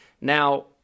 Now